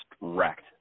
wrecked